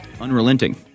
unrelenting